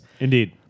Indeed